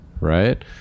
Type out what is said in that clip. right